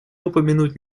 упомянуть